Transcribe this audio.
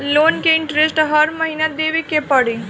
Loan के interest हर महीना देवे के पड़ी?